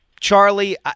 Charlie